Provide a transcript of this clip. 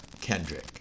Kendrick